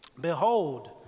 Behold